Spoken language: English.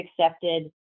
accepted